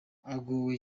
agorwa